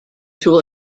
tool